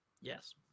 yes